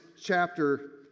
chapter